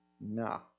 No